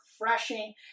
refreshing